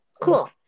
cool